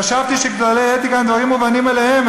חשבתי שכללי האתיקה הם דברים מובנים מאליהם,